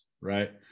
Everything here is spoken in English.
right